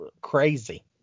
Crazy